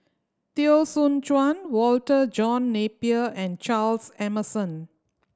Teo Soon Chuan Walter John Napier and Charles Emmerson